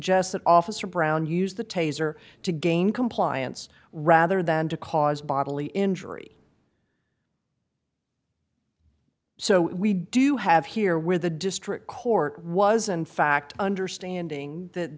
that officer brown used the taser to gain compliance rather than to cause bodily injury so we do have here with the district court was in fact understanding that